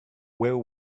where